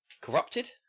Corrupted